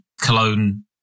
Cologne